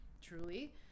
truly